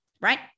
right